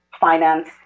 finance